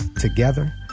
Together